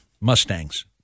Mustangs